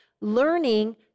learning